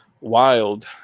wild